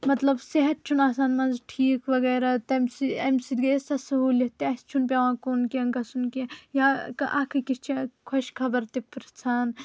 مطلب صحت چھُ نہ آسان منٛزٕ ٹھیک وغیرہ تمہِ امہِ سۭتۍ گٔے سُہ سہولیت تہِ اسہِ چھُ نہ پیوان کُن کینٛہہ گژھُن کینٛہہ یا اکھ أکِس چھِ خۄش خبر تہِ پرِژھان